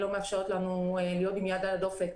היא לא מאפשרת לנו להיות עם יד על הדופק